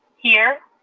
here.